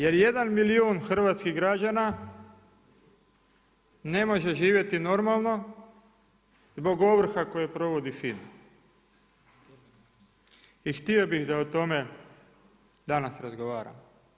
Jer jedan milijun hrvatskih građana ne može živjeti normalno, zbog ovrha koje provodi FINA i htio bi da o tome danas razgovaramo.